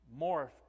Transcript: morphed